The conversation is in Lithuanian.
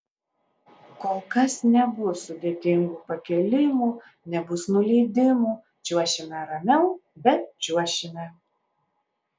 kol kas nebus sudėtingų pakėlimų nebus nuleidimų čiuošime ramiau bet čiuošime